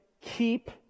keep